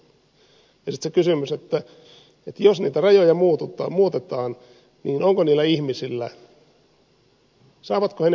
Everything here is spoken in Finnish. sitten se kysymys että jos niitä rajoja muutetaan niin saavatko ne ihmiset palvelut paremmin